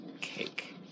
cake